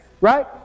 right